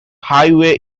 highway